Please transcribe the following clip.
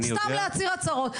סתם להצהיר הצהרות.